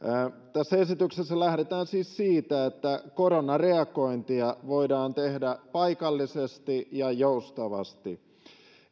tässä esityksessä lähdetään siis siitä että koronareagointia voidaan tehdä paikallisesti ja joustavasti